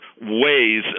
ways